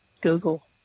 Google